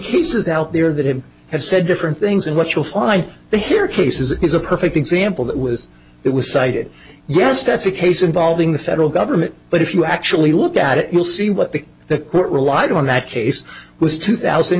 cases out there that have have said different things and what you'll find they hear cases is a perfect example that was it was cited yes that's a case involving the federal government but if you actually look at it you'll see what the the court relied on that case was two thousand